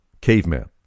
caveman